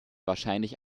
wahrscheinlich